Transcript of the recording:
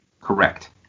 Correct